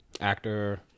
actor